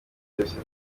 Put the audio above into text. diyosezi